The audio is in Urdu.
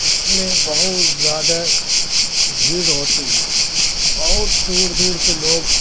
اس میں بہت زیادہ بھیڑ ہوتی ہے بہت دور دور سے لوگ